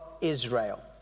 Israel